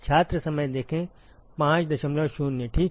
छात्र ठीक है